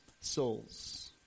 souls